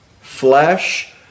flesh